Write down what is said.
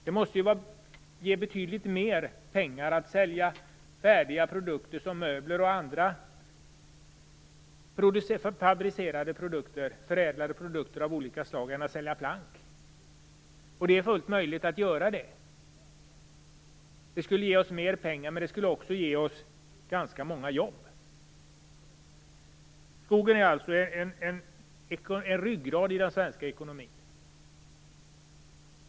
Det måste ge betydligt mer pengar att sälja färdiga produkter som möbler och andra förädlade produkter av olika slag än att sälja plank. Det är fullt möjligt att göra det. Det skulle ge oss mer pengar, och det skulle också ge oss ganska många jobb. Skogen är alltså en ryggrad i den svenska ekonomin.